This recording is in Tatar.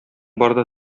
барда